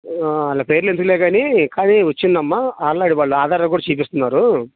వాళ్ల పేర్లు ఎందుకులే కానీ వచ్చిందమ్మా ఆల్రెడీ వాళ్ళు ఆధారాలు కూడా చూపిస్తున్నారు